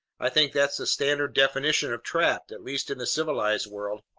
i think that's the standard definition of trapped, at least in the civilized world.